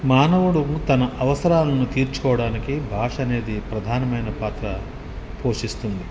మానవుడు తన అవసరాలను తీర్చుకోడానికి భాష అనేది ప్రధానమైన పాత్ర పోషిస్తుంది